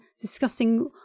discussing